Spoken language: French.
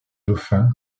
dauphin